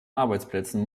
arbeitsplätzen